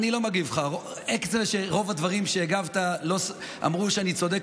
אני לא מגיב לך עקב זה שרוב הדברים שהגבת אמרו שאני צודק,